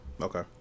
Okay